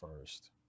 first